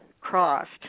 crossed